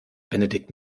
benedikt